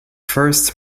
first